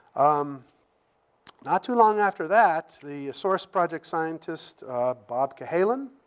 um not too long after that, the sorce project scientist bob cahalan,